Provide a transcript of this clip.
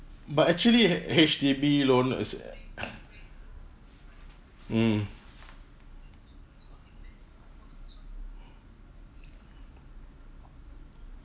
but actually H_D_B loan is a mm